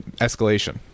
escalation